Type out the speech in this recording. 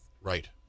Right